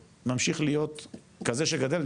הוא ממשיך להיות כזה שגדל.